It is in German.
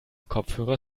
kopfhörer